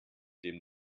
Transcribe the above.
dem